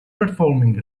performing